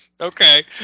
Okay